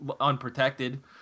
unprotected